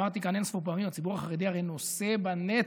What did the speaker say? אמרתי כאן אין-ספור פעמים: הציבור החרדי הרי נושא בנטל.